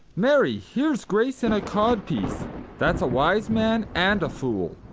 marry, here's grace and a codpiece that's a wise man and a fool.